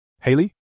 Haley